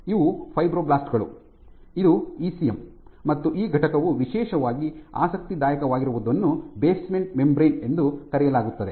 ಇವು ಫೈಬ್ರೊಬ್ಲಾಸ್ಟ್ ಗಳು ಇದು ಇಸಿಎಂ ಮತ್ತು ಈ ಘಟಕವು ವಿಶೇಷವಾಗಿ ಆಸಕ್ತಿದಾಯಕವಾಗಿರುವುದನ್ನು ಬೇಸ್ಮೆಂಟ್ ಮೆಂಬರೇನ್ ಎಂದು ಕರೆಯಲಾಗುತ್ತದೆ